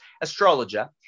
astrologer